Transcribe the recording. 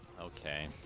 Okay